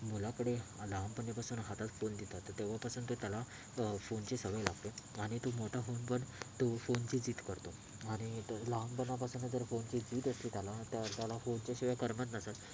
मुलाकडे लहानपणापासून हातात फोन देतात तेव्हापासून तर त्याला फोनची सवय लागते आणि तो मोठा होऊन पण तो फोनची जिद करतो आणि तो लहानपणापासून जर फोनची जिद असते त्याला तर त्याला फोनच्या शिवाय करमत नसत